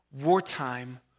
wartime